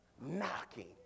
knocking